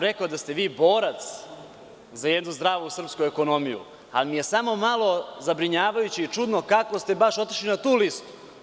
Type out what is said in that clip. Rekao sam da ste vi borac za jednu zdravu srpsku ekonomiju, ali mi je samo malo zabrinjavajuće i čudno kako ste baš otišli na tu listu.